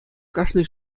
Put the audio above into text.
кашни